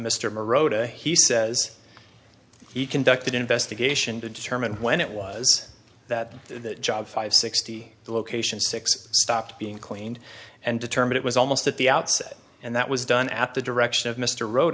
marotta he says he conducted an investigation to determine when it was that that job five sixty the location six stopped being cleaned and determined it was almost at the outset and that was done at the direction of mr wrote